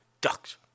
ducks